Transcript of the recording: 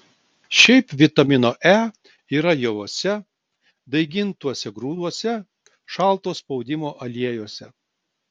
šiaip vitamino e yra javuose daigintuose grūduose šalto spaudimo aliejuose